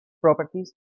properties